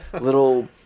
little